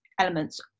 elements